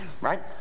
right